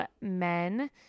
men